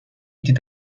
était